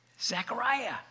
Zechariah